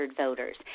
voters